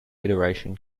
iteration